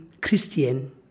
Christian